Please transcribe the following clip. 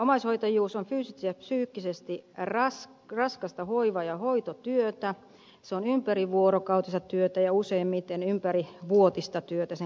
omaishoitajuus on fyysisesti ja psyykkisesti raskasta hoiva ja hoitotyötä se on ympärivuorokautista työtä ja useimmiten ympärivuotista työtä sen lisäksi